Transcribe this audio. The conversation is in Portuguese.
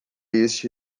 este